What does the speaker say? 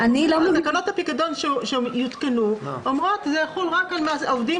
תקנות הפיקדון שיותקנו אומרות שזה יחול רק על עובדים